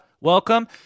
welcome